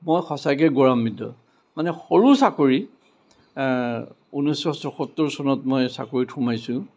মই সঁচাকৈ গৌৰৱান্বিত মানে সৰু চাকৰি ঊনৈছশ ছসত্তৰ চনত মই চাকৰিত সোমাইছোঁ